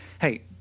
Hey